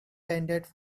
candidate